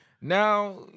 Now